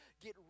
Get